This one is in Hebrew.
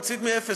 רצית מאפס.